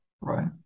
Right